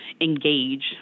engage